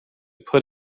put